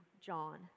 John